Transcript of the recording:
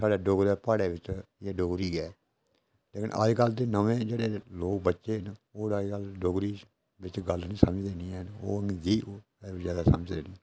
साढ़े डोगरे प्हाड़े बिच्च एह् डोगरी ऐ लेकिन अज्जकल दे नमें जेह्ड़े लोक न बच्चे न ओह् अज्जकल डोगरी बिच्च गल्ल निं समझदे नि हैन ओह् हिंदी गी गै जादै समझदे न